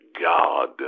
God